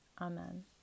Amen